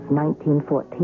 1914